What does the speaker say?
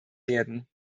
werden